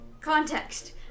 context